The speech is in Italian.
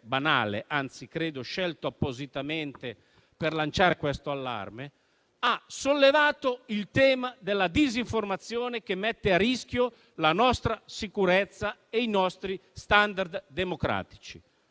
banale, anzi credo scelto appositamente per lanciare questo allarme - ha sollevato il tema della disinformazione, che mette a rischio la nostra sicurezza e i nostri *standard* democratici.